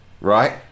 right